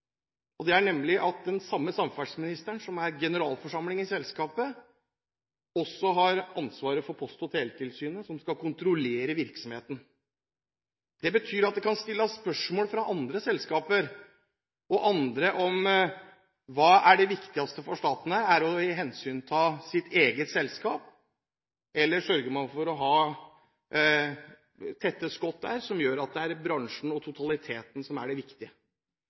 det. Det er nemlig den samme samferdselsministeren som er generalforsamling i selskapet, som også har ansvaret for Post- og teletilsynet, som skal kontrollere virksomheten. Det betyr at det kan stilles spørsmål fra andre selskaper og av andre om hva som er det viktigste for staten. Er det å hensynta sitt eget selskap, eller sørger man for å ha tette skott som gjør at det er bransjen og totaliteten som er det viktige?